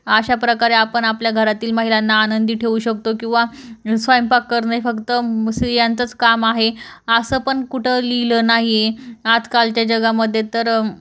अशाप्रकारे आपण आपल्या घरातील महिलांना आनंदी ठेवू शकतो किंवा स्वयंपाक करणे फक्त स्त्रियांचंच काम आहे असं पण कुठं लिहिलं नाही आहे आजकालच्या जगामध्ये तर